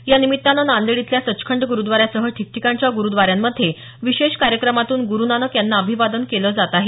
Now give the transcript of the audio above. यानिमित्तानं नांदेड इथल्या सचखंड गुरुद्वारासह ठिकठिकाणच्या गुरुद्वारांमध्ये विशेष कार्यक्रमातून गुरुनानक यांना अभिवादन केलं जात आहे